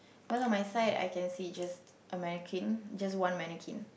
one of my side I can see just a mannequin just one mannequin